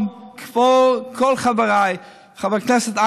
מכל מפלגה אחרת.